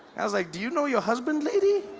i was like, do you know your husband lady?